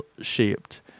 shaped